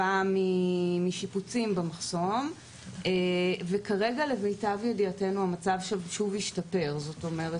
שנבע משיפוצים במחסום ולמיטב ידיעתנו כרגע המצב שם השתפר שוב.